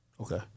Okay